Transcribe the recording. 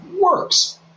works